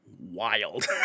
wild